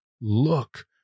look